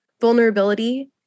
vulnerability